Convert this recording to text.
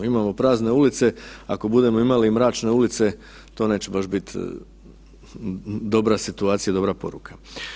Imamo prazne ulice, ako budemo imali i mračne ulice to neće baš biti dobra situacija, dobra poruka.